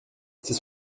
c’est